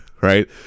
right